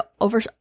over